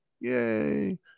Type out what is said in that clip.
Yay